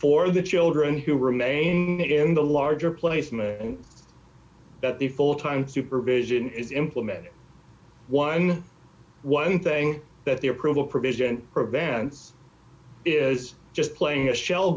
for the children who remain it in the larger placement and that the full time supervision is implemented eleven thing that the approval provision prevents is just playing a shell